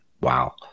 wow